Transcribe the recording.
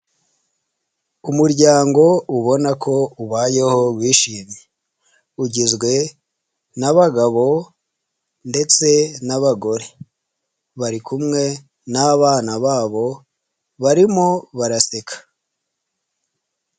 Umuryango ubona ko ubayeho wishimye, ugizwe n'abagabo ndetse n'abagore, bari kumwe n'abana babo barimo baraseka.